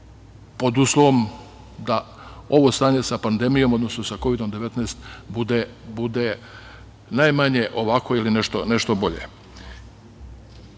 pod uslovom da ovo stanje sa pandemijom, odnosno sa Kovidom-19 bude najmanje ovako ili nešto bolje. To